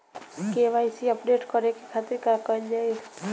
KYC update करे के खातिर का कइल जाइ?